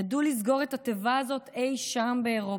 ידעו לסגור את התיבה הזאת אי שם באירופה.